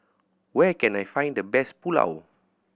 where can I find the best Pulao